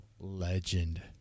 legend